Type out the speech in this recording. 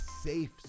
safe